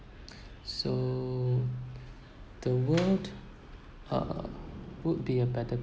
so the world uh would be a better